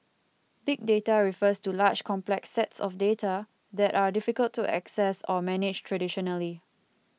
big data refers to large complex sets of data that are difficult to access or manage traditionally